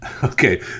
Okay